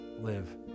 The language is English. live